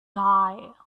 die